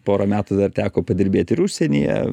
porą metų dar teko padirbėt ir užsienyje